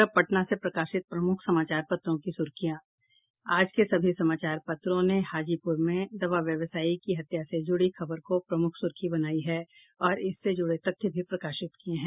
और अब पटना से प्रकाशित प्रमुख समाचार पत्रों की सुर्खियां आज के सभी समाचार पत्रों ने हाजीपुर में दवा व्यवसायी की हत्या से जुड़ी खबर को प्रमुख सुर्खी बनाया है और इससे जुड़े तथ्य भी प्रकाशित किये हैं